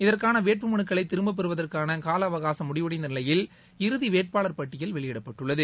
இதற்கான வேட்புமனுக்களை திரும்பப்பெறுவதற்கான கால அவகாசும் முடிவடைந்த நிலையில் இறுதி வேட்பாளர் பட்டியல் வெளியிடப்பட்டுள்ளது